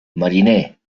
mariner